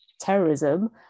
terrorism